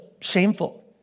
shameful